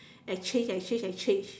and change and change and change